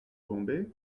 bombay